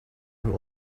her